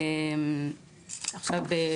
עכשיו,